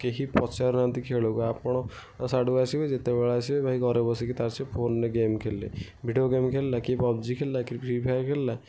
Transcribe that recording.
କେହି ପଚାରୁ ନାହାନ୍ତି ଖେଳକୁ ଆପଣ ସିଆଡ଼ୁ ଆସିବେ ଯେତେବେଳେ ଆସିବେ ଭାଇ ଘରେ ବସିକି ତାସ୍ କି ଫୋନ୍ରେ ଗେମ୍ ଖେଳିଲେ ଭିଡ଼ିଓ ଗେମ୍ ଖେଳିଲା କିଏ ପବ୍ଜି ଖେଳିଲା କିଏ ଫ୍ରି ଫାୟାର୍ ଖେଳିଲା